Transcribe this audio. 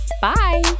Bye